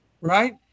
right